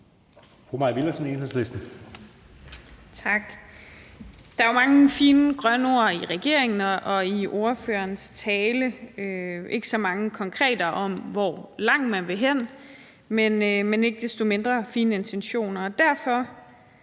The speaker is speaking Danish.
Der er mange fine grønne ord hos regeringen og i ordførerens tale, ikke så meget konkret om, hvor langt man vil hen; men ikke desto mindre fine intentioner. Derfor